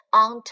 on